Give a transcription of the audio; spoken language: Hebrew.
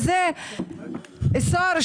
מזה עשור,